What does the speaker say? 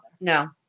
No